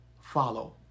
follow